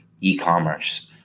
e-commerce